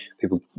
people